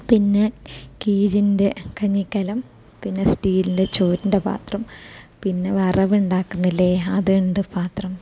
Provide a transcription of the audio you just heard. പിന്നെ കീചിൻ്റെ കഞ്ഞിക്കലം പിന്നെ സ്റ്റീലിൻ്റെ ചോറിൻ്റെ പാത്രം പിന്നെ വറവ് ഉണ്ടാക്കുന്നില്ലേ അതുണ്ട് പാത്രം